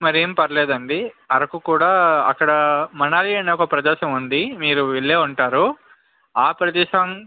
మరేం పర్లేదండి అరకు కూడా అక్కడ మనాలి అని ఓక ప్రదేశం ఉంది మీరు వెళ్ళే ఉంటారు ఆ ప్రదేశం